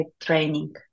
training